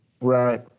Right